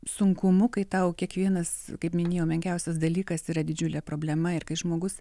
sunkumu kai tau kiekvienas kaip minėjau menkiausias dalykas yra didžiulė problema ir kai žmogus